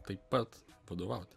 taip pat vadovauti